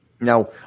Now